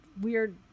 weird